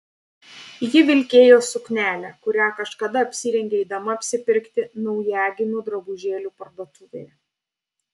ji vilkėjo suknelę kurią kažkada apsirengė eidama apsipirkti naujagimių drabužėlių parduotuvėje